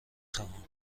خواهم